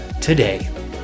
today